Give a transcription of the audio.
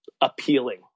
appealing